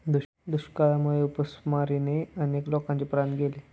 दुष्काळामुळे उपासमारीने अनेक लोकांचे प्राण गेले